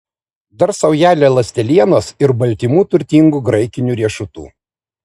dar saujelę ląstelienos ir baltymų turtingų graikinių riešutų